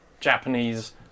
Japanese